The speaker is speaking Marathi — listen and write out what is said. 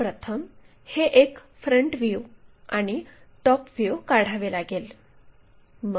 तर प्रथम हे एक फ्रंट व्ह्यू आणि टॉप व्ह्यू काढावे लागेल